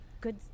good